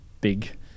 big